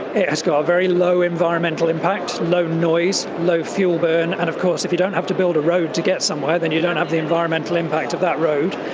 it has got very low environmental impact, low noise, low fuel burn and of course if you don't have to build a road to get somewhere then you don't have the environmental impact of that road.